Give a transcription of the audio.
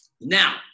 Now